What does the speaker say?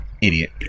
Idiot